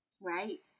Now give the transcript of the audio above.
right